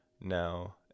now